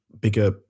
bigger